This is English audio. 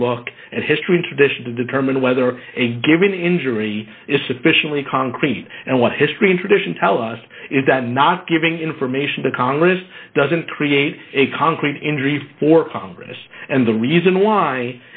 to look at history and tradition to determine whether a given injury is sufficiently concrete and what history and tradition tell us is that not giving information to congress doesn't create a concrete injury for congress and the reason why